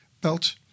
belt